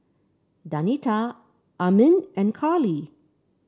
Danita Armin and Carley